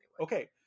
Okay